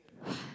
!wah!